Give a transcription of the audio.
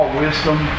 wisdom